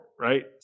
right